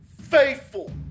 faithful